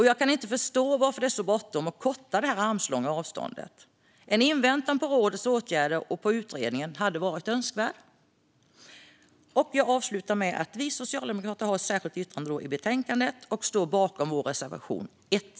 Jag kan inte förstå varför det är så bråttom att korta det armslånga avståndet. Ett inväntande av rådets åtgärder och på utredningen hade varit önskvärd. Jag avslutar med att säga att vi socialdemokrater har ett särskilt yttrande i betänkandet och att jag yrkar bifall till vår reservation 1.